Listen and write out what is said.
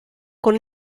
con